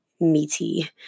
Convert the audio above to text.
meaty